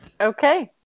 okay